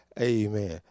Amen